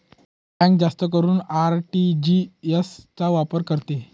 bank जास्त करून RTGS चा वापर करते